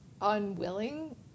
unwilling